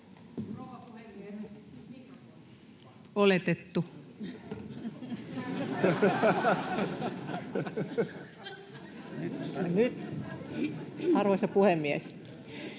Eerikki. Arvoisa puhemies!